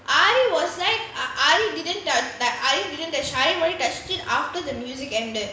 aari was like aari didn't touch that aari didn't touch aari only touched it after the music ended